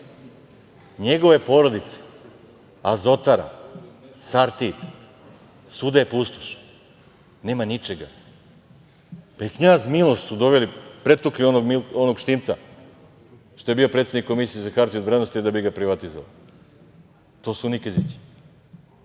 njegove porodice, „Azotara“, „Sartid“, svuda je pustoš, nema ničega. Pa, i „Knjaz Miloš“ su doveli, pretukli onog Štimca, što je bio predsednik Komisije za hartije od vrednosti da bi ga privatizovali. To su Nikezići.